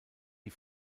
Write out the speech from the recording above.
die